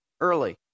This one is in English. early